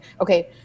okay